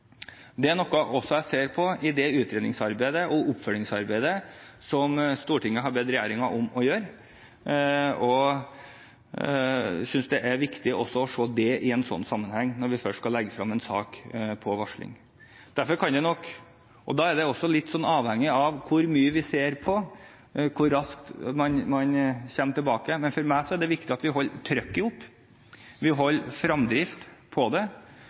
Det er noe jeg også ser på i det utredningsarbeidet og oppfølgingsarbeidet som Stortinget har bedt regjeringen om å gjøre, og jeg synes det er viktig også å se det i en sånn sammenheng, når vi først skal legge frem en sak om varsling. Da er hvor raskt vi kommer tilbake, også litt avhengig av hvor mye vi ser på. Men for meg er det viktig at vi holder trykket oppe, at vi holder fremdrift på det,